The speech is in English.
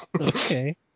Okay